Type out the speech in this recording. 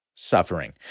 Suffering